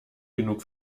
genug